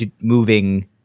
moving